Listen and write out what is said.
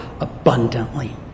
abundantly